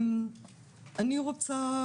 אני רוצה